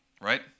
Right